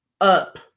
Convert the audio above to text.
up